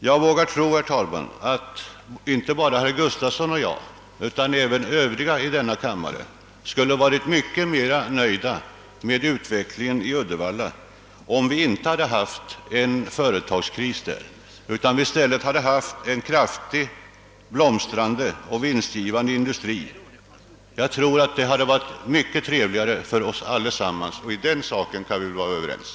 Jag vågar tro att inte bara herr Gustafsson och jag utan även de övriga ledamöterna i denna kammare skulle varit mycket mera nöjda med utvecklingen i Uddevalla, om vi inte hade haft företagskris där utan i stället en kraftig, blomstrande och vinstgivande industri. Jag tror att detta hade varit mycket trevligare för oss allesammans — på den punkten kan vi väl vara överens.